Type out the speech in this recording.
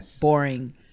boring